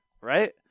right